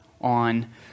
on